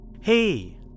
Hey